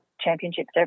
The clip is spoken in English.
championships